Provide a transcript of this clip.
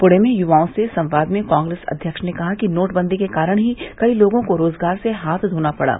पुणे में युवाओं से संवाद में कांग्रेस अध्यक्ष ने कहा कि नोटबंदी के कारण ही कई लोगों को रोजगार से हाथ घोना पड़ा